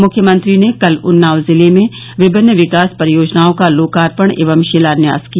मुख्यमंत्री ने कल उन्नाव जनपद में विभिन्न विकास परियोजनाओं का लोकार्पण एवं शिलान्यास किया